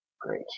Great